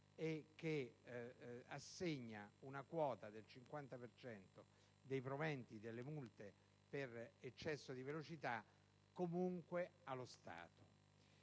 assegna una quota del 50 cento dei proventi delle multe per eccesso di velocità, comunque, allo Stato.